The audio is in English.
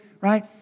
right